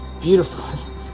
Beautiful